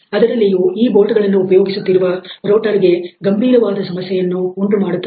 ಅದರಲ್ಲಿಯೂ ಈ ಬೋಲ್ಟ್'ಗಳನ್ನು ಉಪಯೋಗಿಸುತ್ತಿರುವ ರೋಟರಗೆ ಗಂಭೀರವಾದ ಸಮಸ್ಯೆಯನ್ನು ಉಂಟುಮಾಡುತ್ತದೆ